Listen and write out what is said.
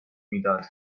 میداد